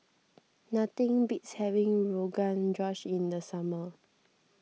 nothing beats having Rogan Josh in the summer